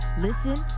listen